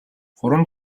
гурван